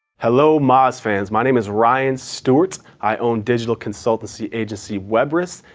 hello, moz fans. my name is ryan stewart. i own digital consultancy agency webris,